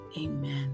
Amen